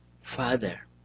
Father